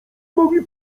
mogli